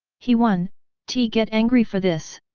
he won t get angry for this.